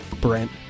Brent